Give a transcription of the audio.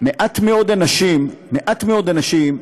מעט מאוד אנשים, מעט מאוד אנשים,